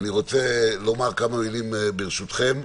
אני רוצה לומר כמה מילים ברשותכם.